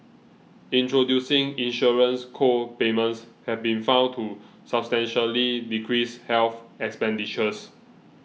introducing insurance co payments have been found to substantially decrease health expenditures